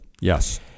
Yes